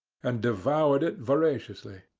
and devoured it voraciously.